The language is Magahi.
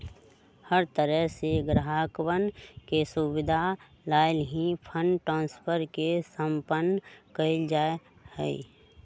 हर तरह से ग्राहकवन के सुविधा लाल ही फंड ट्रांस्फर के सम्पन्न कइल जा हई